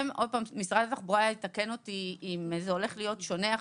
ומשרד התחבורה יתקן אותי אם זה הולך להיות שונה עכשיו,